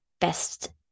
best